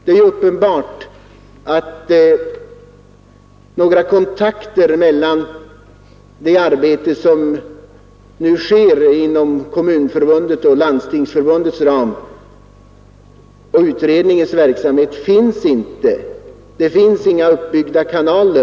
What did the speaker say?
Det är uppenbart att några kontakter mellan det arbete som nu sker inom Kommunförbundets och Landstingsförbundets ram samt utredningens verksamhet inte finns. Det finns inga uppbyggda kanaler.